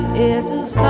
is.